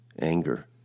anger